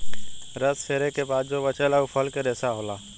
रस पेरे के बाद जो बचेला उ फल के रेशा होला